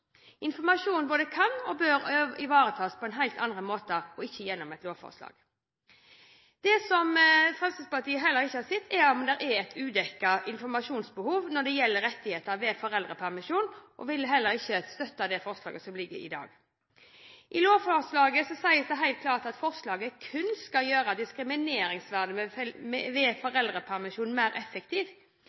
både kan og bør ivaretas på helt andre måter, og ikke gjennom et lovforslag. Fremskrittspartiet har heller ikke sett at det er et udekket informasjonsbehov når det gjelder rettigheter ved foreldrepermisjon, og vil ikke støtte det forslaget som ligger her i dag. Det sies helt klart at lovforslaget kun skal gjøre diskrimineringsvernet ved foreldrepermisjon mer